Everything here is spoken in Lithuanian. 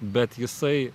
bet jisai